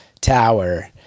tower